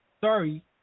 Sorry